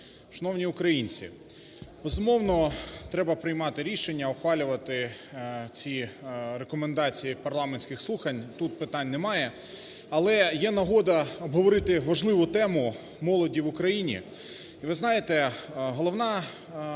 Шановні українці! Безумовно, треба приймати рішення, ухвалювати ці рекомендації парламентських слухань, тут питань немає. Але є нагода обговорити важливу тему молоді в Україні. І, ви знаєте, головна річ